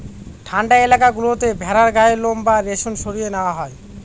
ঠান্ডা এলাকা গুলোতে ভেড়ার গায়ের লোম বা রেশম সরিয়ে নেওয়া হয়